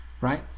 Right